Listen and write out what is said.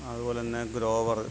അതുപോലെത്തന്നെ ഗ്രോവറ്